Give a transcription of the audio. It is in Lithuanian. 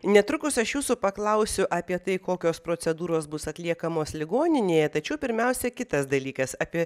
netrukus aš jūsų paklausiu apie tai kokios procedūros bus atliekamos ligoninėje tačiau pirmiausia kitas dalykas apie